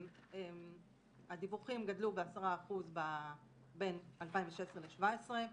הדיווחים גדלו ב-10% בין 2016 ל-17'.